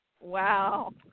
Wow